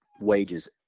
wages